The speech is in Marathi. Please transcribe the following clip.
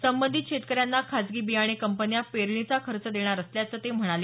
संबंधित शेतकऱ्यांना खासगी बियाणे कंपन्या पेरणीचा खर्च देणार असल्याचं ते म्हणाले